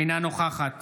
אינה נוכחת